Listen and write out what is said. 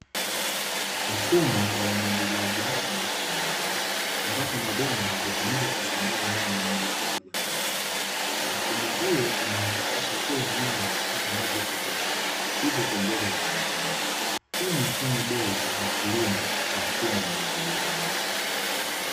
Mfumo wa umwagiliaji maji shambani ambapo mabomba hutumika kusambaza maji moja kwa moja kwenye mimea mfumo huu, unahakikisha kila mmea unapata maji ya kutosha hivo kuongeza uzalishaji huu ni mfano bora wa kilimo cha mfumo wa umwagiliaji.